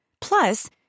Plus